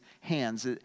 hands